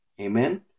Amen